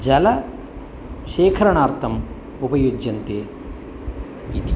जलशेखरणार्थम् उपयुज्यते इति